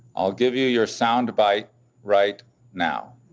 i'll give you your soundbite right now.